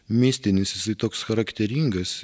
mistinis jisai toks charakteringas